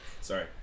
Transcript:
sorry